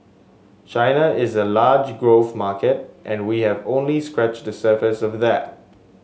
China is a large growth market and we have only scratched the surface of that